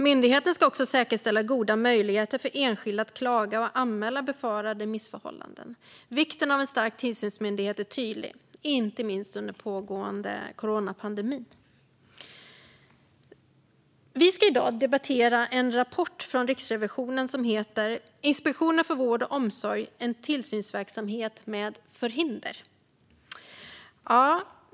Myndigheten ska också säkerställa goda möjligheter för enskilda att klaga och anmäla befarade missförhållanden. Vikten av en stark tillsynsmyndighet är tydlig, inte minst under pågående coronapandemi. Vi ska i dag debattera en rapport från Riksrevisionen med titeln Inspektionen för vård och omsorg - en tillsynsverksamhet med förhinder .